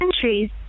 countries